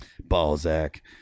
Balzac